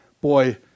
Boy